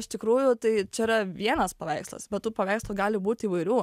iš tikrųjų tai čia yra vienas paveikslas bet tų paveikslų gali būti įvairių